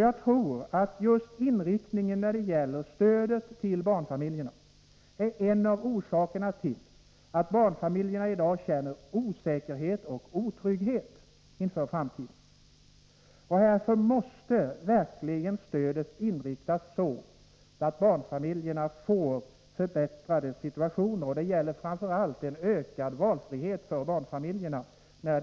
Jag tror att just inriktningen när det gäller stödet till barnfamiljerna är en av orsakerna till att barnfamiljerna i dag känner osäkerhet och otrygghet inför framtiden. Därför måste stödet inriktas så att barnfamiljerna får en förbättrad situation — det gäller framför allt en ökad valfrihet för barnfamiljerna att